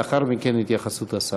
לאחר מכן, התייחסות השר.